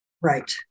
right